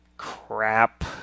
crap